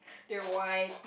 they are white